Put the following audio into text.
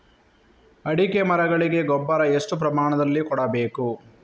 ಅಡಿಕೆ ಮರಗಳಿಗೆ ಗೊಬ್ಬರ ಎಷ್ಟು ಪ್ರಮಾಣದಲ್ಲಿ ಕೊಡಬೇಕು?